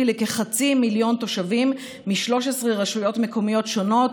לכחצי מיליון תושבים מ-13 רשויות מקומיות שונות,